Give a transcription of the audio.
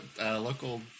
local